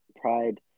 Pride